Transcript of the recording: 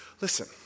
Listen